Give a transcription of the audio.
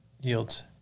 yields